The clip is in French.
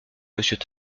monsieur